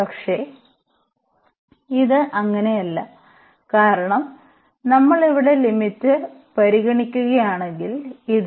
പക്ഷേ ഇത് അങ്ങനെയല്ല കാരണം നമ്മൾ ഇവിടെ ലിമിറ്റ് പരിഗണിക്കുകയാണെങ്കിൽ ഇത്